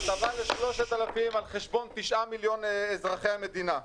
ל-3,000 על חשבון 9 מיליון אזרחי המדינה.